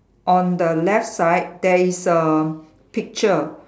on the left side there is a picture